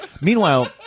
Meanwhile